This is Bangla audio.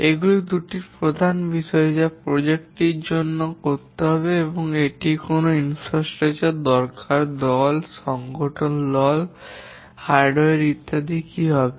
এগুলি দুটি প্রধান বিষয় যা প্রকল্প টির জন্য করতে হবে এবং এটির জন্য কোন অবকাঠামো দরকার দল দল সংগঠন হার্ডওয়্যার ইত্যাদি কী হবে